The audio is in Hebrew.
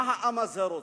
מה העם הזה רוצה?